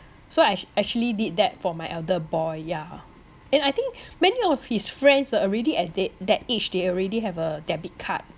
so I act~ actually did that for my elder boy yeah and I think many of his friends already at that that age they already have a debit card